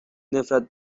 نفرت